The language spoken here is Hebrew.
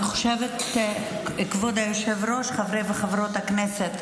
כבוד היושב-ראש, חברי וחברות הכנסת,